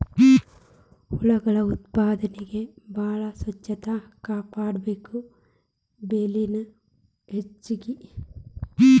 ಹುಳು ಉತ್ಪಾದನೆಗೆ ಬಾಳ ಸ್ವಚ್ಚತಾ ಕಾಪಾಡಬೇಕ, ಬೆಲಿನು ಹೆಚಗಿ